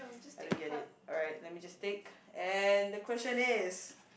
I don't get it alright let me just take and the question is